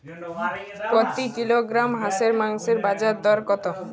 প্রতি কিলোগ্রাম হাঁসের মাংসের বাজার দর কত?